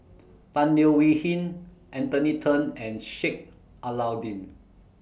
Tan Leo Wee Hin Anthony Then and Sheik Alau'ddin